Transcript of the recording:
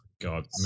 God